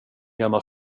gammal